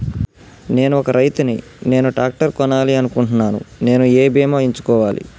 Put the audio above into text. నేను ఒక రైతు ని నేను ట్రాక్టర్ కొనాలి అనుకుంటున్నాను నేను ఏ బీమా ఎంచుకోవాలి?